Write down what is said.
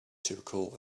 typical